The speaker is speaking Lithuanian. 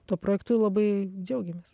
tuo projektu labai džiaugiamės